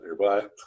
nearby